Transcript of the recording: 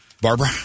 Barbara